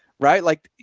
right. like,